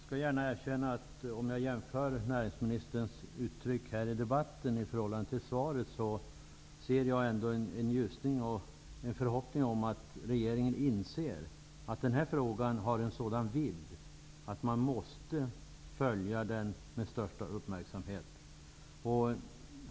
Herr talman! Jag erkänner att jag när jag jämför näringsministerns uttalanden här i debatten med det lämnade svaret ser en ljusning och får en förhoppning om att regeringen inser att denna fråga har en sådan vidd att den måste följas med största uppmärksamhet.